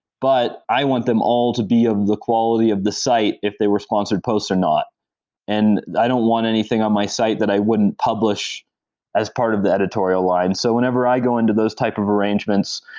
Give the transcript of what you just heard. but i want them all to be of um the quality of the site if they were sponsored posts or not and i don't want anything on my site that i wouldn't publish as part of the editorial line. so whenever i go into those type of arrangements,